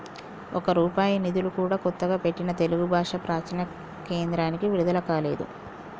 ఒక్క రూపాయి నిధులు కూడా కొత్తగా పెట్టిన తెలుగు భాషా ప్రాచీన కేంద్రానికి విడుదల కాలేదు